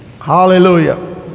Hallelujah